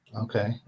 Okay